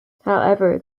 however